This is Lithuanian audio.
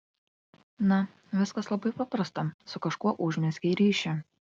na viskas labai paprasta su kažkuo užmezgei ryšį